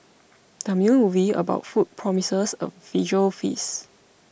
the new movie about food promises a visual feast